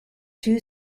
two